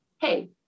hey